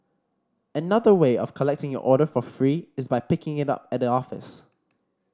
another way of collecting your order for free is by picking it up at the office